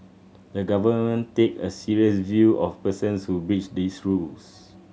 the Government take a serious view of persons who breach these rules